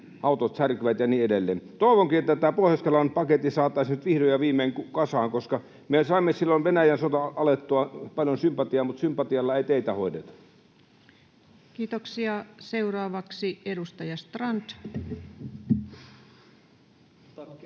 autot särkyvät ja niin edelleen. Toivonkin, että tämä Pohjois-Karjalan paketti saataisiin nyt vihdoin ja viimein kasaan, koska me saimme silloin Venäjän sodan alettua paljon sympatiaa, mutta sympatialla ei teitä hoideta. Kiitoksia. — Seuraavaksi edustaja Strand.